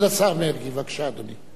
כבוד השר מרגי, בבקשה, אדוני.